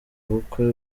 bukwe